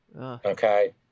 Okay